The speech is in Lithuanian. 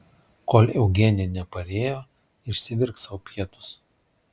kol eugenija neparėjo išsivirk sau pietus